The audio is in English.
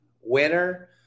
winner